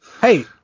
Hey